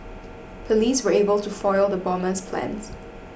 police were able to foil the bomber's plans